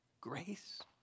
grace